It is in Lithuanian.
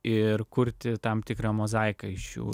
ir kurti tam tikrą mozaikąiš jų